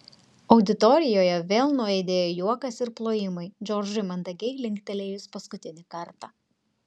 auditorijoje vėl nuaidėjo juokas ir plojimai džordžui mandagiai linktelėjus paskutinį kartą